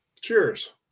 cheers